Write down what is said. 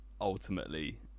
ultimately